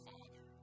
Father